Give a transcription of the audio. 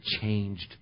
changed